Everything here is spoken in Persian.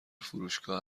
فروشگاه